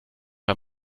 bei